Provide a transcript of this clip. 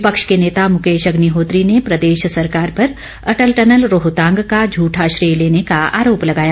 विपक्ष के नेता मुकेश अग्निहोत्री ने प्रदेश सरकार पर अटल टनल रोहतांग का झूठा श्रेय लेने का आरोप लगाया